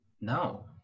no